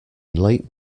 late